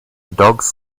dogs